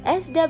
sw